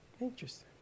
Interesting